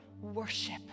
worship